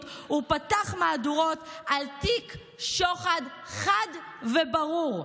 הוא פתח מהדורות על תיק שוחד חד וברור.